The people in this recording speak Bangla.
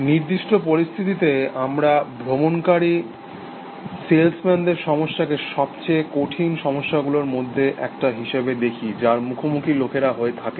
নির্দিষ্ট পরিস্থিতিতে আমরা ভ্রমণকারী সেলসম্যানদের সমস্যাকে সবচেয়ে কঠিন সমস্যাগুলোর মধ্যে একটা হিসাবে দেখি যার মুখোমুখি লোকেরা হয়ে থাকেন